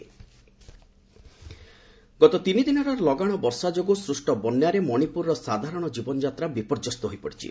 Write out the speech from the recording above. Manipur flood ଗତ ତିନିଦିନର ଲଗାଣ ବର୍ଷା ଯୋଗୁଁ ସୃଷ୍ଟ ବନ୍ୟାରେ ମଣିପୁରର ସାଧାରଣ କୀବନଯାତ୍ରା ବିପର୍ଯ୍ୟସ୍ତ ହୋଇପଡ଼ିଛି